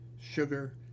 sugar